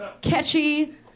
catchy